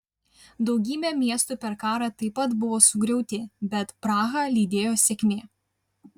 daugybė miestų per karą taip pat buvo sugriauti bet prahą lydėjo sėkmė